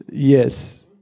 Yes